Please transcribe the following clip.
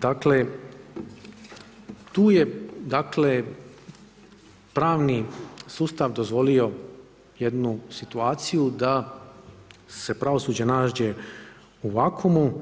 Dakle tu je pravni sustav dozvolio jednu situaciju da se pravosuđe nađe u vakuumu